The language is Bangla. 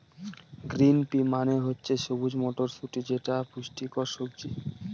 গ্রিন পি মানে হচ্ছে সবুজ মটরশুটি যেটা পুষ্টিকর সবজি